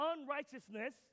unrighteousness